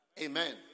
Amen